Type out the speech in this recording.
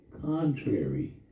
contrary